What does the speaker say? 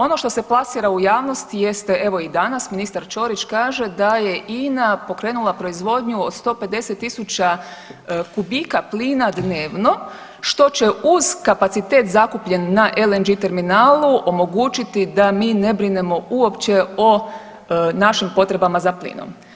Ono što se plasira u javnost jeste evo i danas, ministar Čorić kaže da je INA pokrenula proizvodnju od 150 000 m3 plina dnevno, što će uz kapacitet zakupljen na LNG terminalu omogućiti da mi ne brinemo uopće o našim potrebama za plinom.